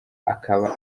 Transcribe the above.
akaba